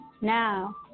Now